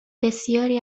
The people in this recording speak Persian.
بسیاری